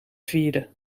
vierde